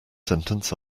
sentence